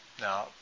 Now